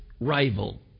rival